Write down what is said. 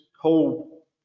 whole